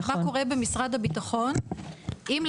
מה קורה במשרד הביטחון אם,